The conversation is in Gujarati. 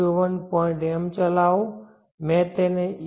m ચલાવો મેં તેને